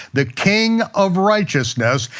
the king of righteousness,